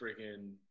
freaking